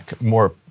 more